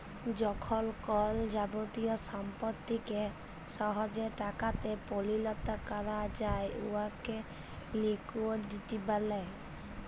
যখল কল যাবতীয় সম্পত্তিকে সহজে টাকাতে পরিলত ক্যরা যায় উয়াকে লিকুইডিটি ব্যলে